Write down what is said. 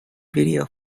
video